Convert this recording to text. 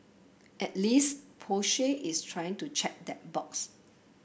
at least Porsche is trying to check that box